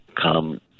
come